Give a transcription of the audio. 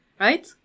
right